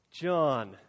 John